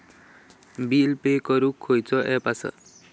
Bill pay करूक खैचो app असा?